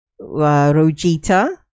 Rojita